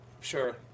Sure